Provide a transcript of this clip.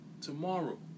Tomorrow